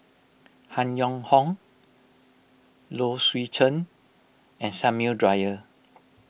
Han Yong Hong Low Swee Chen and Samuel Dyer